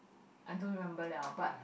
I don't remember [liao] but